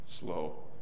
Slow